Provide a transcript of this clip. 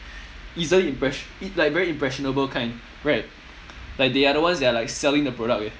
easily impress~ like very impressionable kind right like they are the ones that are like selling the product eh